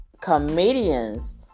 comedians